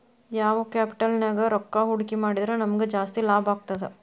ಯಾವ್ ಕ್ಯಾಪಿಟಲ್ ನ್ಯಾಗ್ ರೊಕ್ಕಾ ಹೂಡ್ಕಿ ಮಾಡಿದ್ರ ನಮಗ್ ಜಾಸ್ತಿ ಲಾಭಾಗ್ತದ?